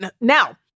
Now